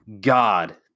God